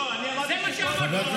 לא, אני אמרתי שכל,